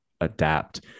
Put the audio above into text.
adapt